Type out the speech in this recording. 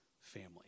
family